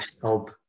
help